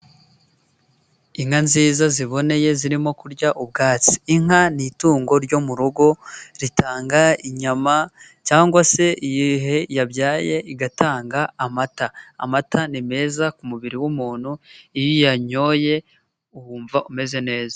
Inka nziza ziboneye zirimo kurya ubwatsi, inka ni itungo ryo mu rugo, ritanga inyama cyangwa se yehe yabyaye igatanga amata, amata ni meza ku mubiri w'umuntu, iyo uyanyoye wumva umeze neza.